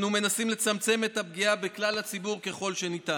אנו מנסים לצמצם את הפגיעה בכלל הציבור ככל שניתן,